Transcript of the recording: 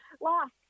lost